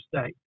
state